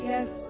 Yes